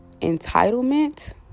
entitlement